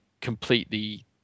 completely